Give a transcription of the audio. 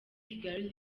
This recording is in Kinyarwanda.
kigali